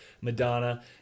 Madonna